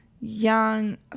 Young